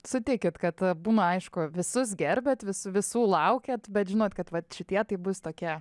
sutikit kad būna aišku visus gerbiat visų visų laukiat bet žinot kad vat šitie tai bus tokie